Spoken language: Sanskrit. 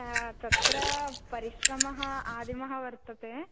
तत्र परिश्रमः आदिमः वर्तते